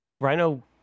Rhino